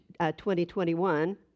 2021